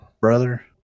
brother